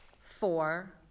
Four